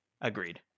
Agreed